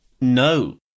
No